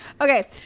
Okay